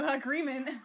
agreement